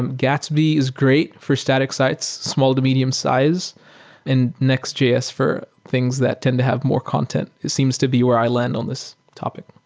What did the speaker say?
and gatsby is great for static sites small to medium-size and nextjs for things that tend to have more content seems to be where i lend on this topic.